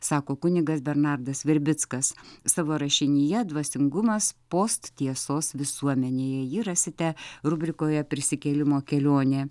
sako kunigas bernardas verbickas savo rašinyje dvasingumas posttiesos visuomenėje jį rasite rubrikoje prisikėlimo kelionė